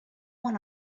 one